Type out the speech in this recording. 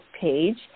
page